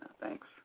Thanks